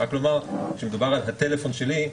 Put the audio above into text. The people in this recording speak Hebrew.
רק לומר שכאשר מדובר על הטלפון שלי,